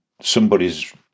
somebody's